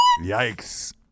Yikes